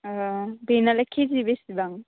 र' बेनालाय कि जि बेसेबां